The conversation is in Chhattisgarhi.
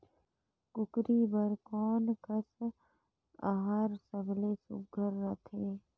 कूकरी बर कोन कस आहार सबले सुघ्घर रथे?